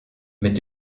mit